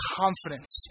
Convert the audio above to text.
confidence